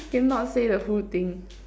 cannot say the full thing